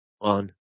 on